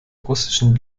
russischen